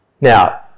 Now